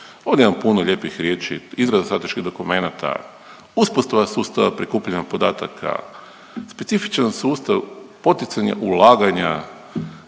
Ovdje imamo puno lijepih riječi, izraza strateških dokumenata, uspostava sustava prikupljanja podataka, specifičan sustav, poticanje ulaganja,